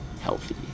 healthy